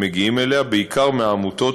המגיעים אליה בעיקר מהעמותות,